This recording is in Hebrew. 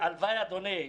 הלוואי, אדוני.